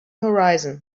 horizon